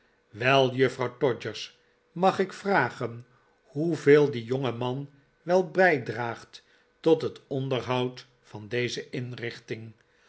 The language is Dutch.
wel juffrouw todgers mag ik vragen hoeveel die jongeman wel bijdraagt tot het onderhoud van deze inrichting